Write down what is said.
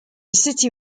city